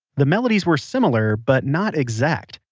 the melodies were similar but not exact,